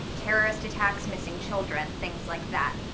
terrorist attacks. missing children. things like that.